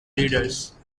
readers